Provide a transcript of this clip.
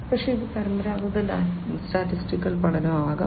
പക്ഷേ ഇത് പരമ്പരാഗത സ്റ്റാറ്റിസ്റ്റിക്കൽ പഠനവും ആകാം